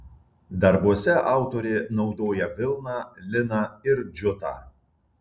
darbuose autorė naudoja vilną liną ir džiutą